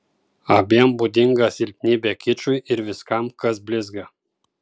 abiem būdinga silpnybė kičui ir viskam kas blizga